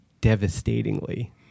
devastatingly